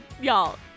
Y'all